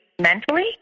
mentally